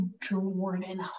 Jordan